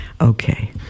Okay